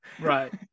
Right